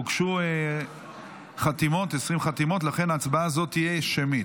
הוגשו 20 חתימות, לכן הצבעה זו תהיה שמית.